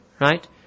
right